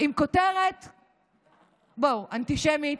עם כותרת בואו: אנטישמית,